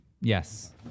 Yes